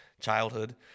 childhood